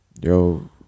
Yo